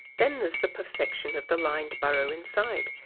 then there's the perfection of the lined burrow inside,